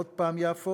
עוד הפעם יפו,